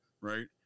right